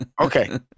Okay